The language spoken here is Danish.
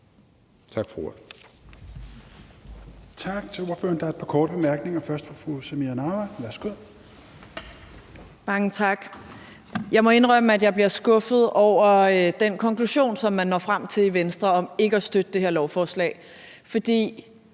Jeg må indrømme, at jeg bliver skuffet over den konklusion, som man når frem til i Venstre, om ikke at støtte det her lovforslag.